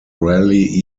rarely